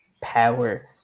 power